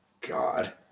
God